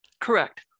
Correct